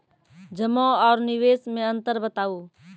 जमा आर निवेश मे अन्तर बताऊ?